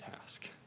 task